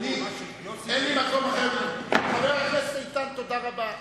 אין לי מקום אחר, חבר הכנסת איתן, תודה רבה.